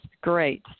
great